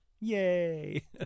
Yay